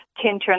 Tintern